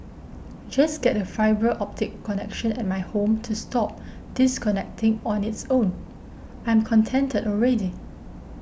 just get the fibre optic connection at my home to stop disconnecting on its own I'm contented already